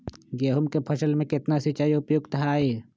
गेंहू के फसल में केतना सिंचाई उपयुक्त हाइ?